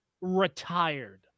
retired